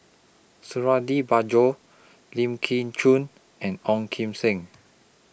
Suradi Parjo Lim Koon Chun and Ong Kim Seng